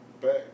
Back